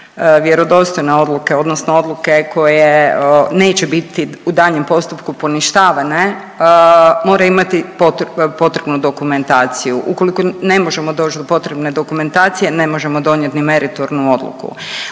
vjerodostojne odluke odnosno odluke koje neće biti u daljnjem postupku poništavane moraju imati potrebnu dokumentaciju. Ukoliko ne možemo doći do potrebne dokumentacije ne možemo donijeti ni meritornu odluku.